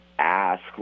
ask